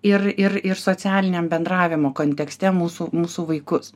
ir ir ir socialiniam bendravimo kontekste mūsų mūsų vaikus